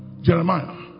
Jeremiah